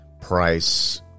Price